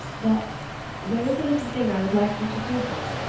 but there is a little thing i would like you to do for me.